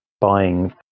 buying